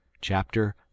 Chapter